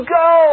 go